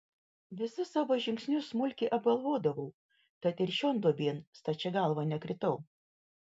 visus savo žingsnius smulkiai apgalvodavau tad ir šion duobėn stačia galva nekritau